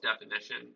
definition